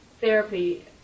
therapy